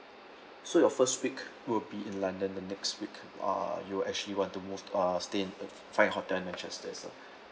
so your first week will be in london the next week uh you actually want to move uh stay in find a hotel in manchester